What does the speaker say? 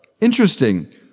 Interesting